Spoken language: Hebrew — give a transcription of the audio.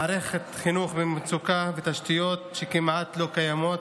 מערכת חינוך במצוקה ותשתיות שכמעט לא קיימות,